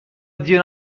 دیر